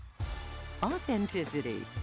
Authenticity